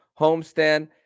homestand